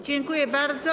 Dziękuję bardzo.